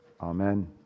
Amen